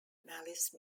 malice